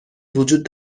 وجود